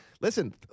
listen